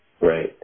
right